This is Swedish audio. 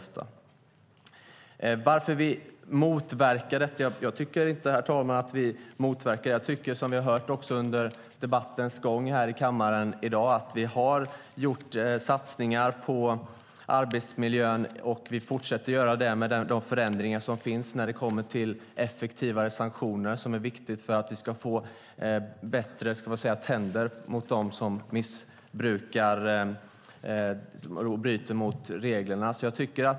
Sedan var frågan varför vi motverkar arbetsmiljösatsningar. Jag tycker inte, fru talman, att vi gör det. Som vi hört i debatten i dag har vi gjort satsningar på arbetsmiljön. Vi fortsätter att göra det med de ändringar som gjorts beträffande effektivare sanktioner, vilket är viktigt för att vi ska ha "bättre tänder" mot dem som missbrukar och bryter mot reglerna.